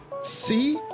See